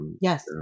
yes